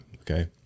okay